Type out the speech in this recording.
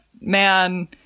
man